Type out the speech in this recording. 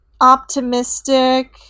optimistic